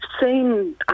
seen